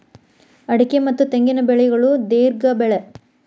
ಅಡಿಕೆ ಮತ್ತ ತೆಂಗಿನ ಬೆಳೆಗಳು ದೇರ್ಘ ಬೆಳೆ